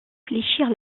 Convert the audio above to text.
fléchir